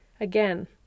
Again